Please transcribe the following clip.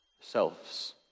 Selves